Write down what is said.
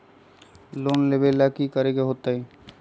Loan लेबे ला की कि करे के होतई?